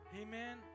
Amen